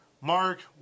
Mark